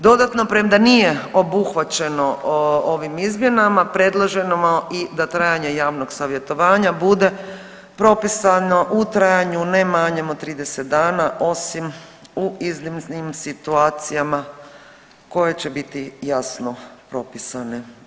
Dodatno, premda nije obuhvaćeno ovim izmjenama, predloženo i da trajanje javnog savjetovanja bude propisano u trajanju ne manjem od 30 dana, osim u iznimnim situacijama koje će biti jasno propisane.